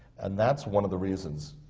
and that's one of the reasons